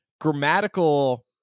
grammatical